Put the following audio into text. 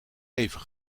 even